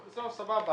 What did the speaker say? סבבה.